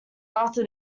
after